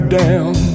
down